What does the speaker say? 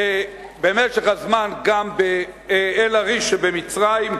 במשך הזמן גם באל-עריש שבמצרים,